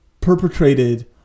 perpetrated